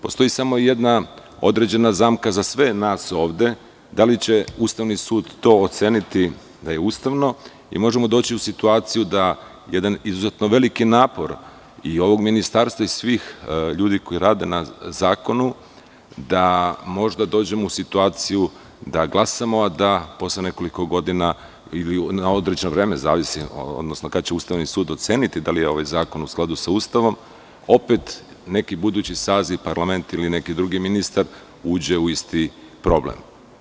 Postoji samo jedna određena zamka za sve nas ovde, da li će Ustavni sud to oceniti da li je to ustavno, i možemo doći u situaciju da jedan izuzetno veliki napor i ovog ministarstva i svih ljudi koji rade na zakonu, da možda dođemo u situaciju da glasamo, a da posle nekoliko godina, ili na određeno vreme, zavisi kada će Ustavni sud oceniti da li je ovaj zakon u skladu sa Ustavom, opet neki budući saziv parlamenta, ili neki drugi ministar ući u isti problem.